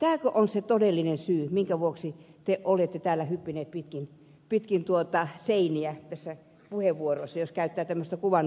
tämäkö on se todellinen syy minkä vuoksi te olette täällä hyppineet pitkin seiniä näissä puheenvuoroissa jos käyttää tämmöistä kuvaannollista sanaa